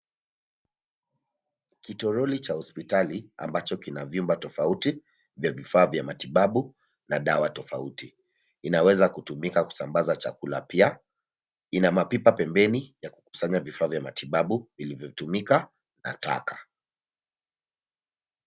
Kitoroli cha hospitali, ambacho kina vyumba tofauti, vya vifaa vya matibabu, na dawa tofauti. Inaweza kutumika kusambaza chakula pia. Ina mapipa pembeni, ya kukusanya vifaa vya matibabu vilivyotumika na taka.